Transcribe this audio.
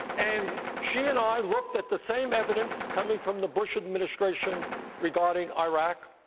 and she and i looked at the same evidence coming from the bush administration regarding iraq.